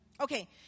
Okay